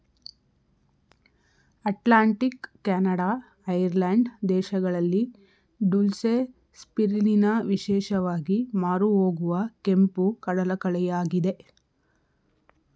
Atlantic, ಕೆನಡಾ, ಐರ್ಲ್ಯಾಂಡ್ ದೇಶಗಳಲ್ಲಿ ಡುಲ್ಸೆ, ಸ್ಪಿರಿಲಿನಾ ವಿಶೇಷವಾಗಿ ಮಾರುಹೋಗುವ ಕೆಂಪು ಕಡಲಕಳೆಯಾಗಿದೆ